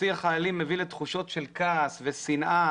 השיח האלים מביא לתחושות של כעס ושנאה